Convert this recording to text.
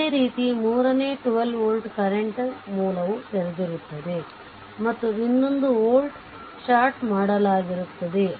ಅದೇ ರೀತಿ ಮೂರನೆ 12 ವೋಲ್ಟ್ ಕರೆಂಟ್ ಮೂಲವು ತೆರೆದಿರುತ್ತದೆ ಮತ್ತು ಇನ್ನೊಂದು ವೋಲ್ಟ್ ಷಾರ್ಟ್ ಮಾಡಲಾಗಿರುತ್ತದೆ